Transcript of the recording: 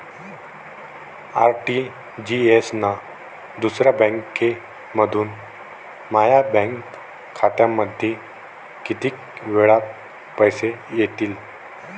RTGS न दुसऱ्या बँकेमंधून माया बँक खात्यामंधी कितीक वेळातं पैसे येतीनं?